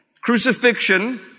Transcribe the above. crucifixion